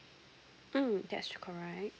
hmm that's correct